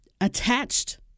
attached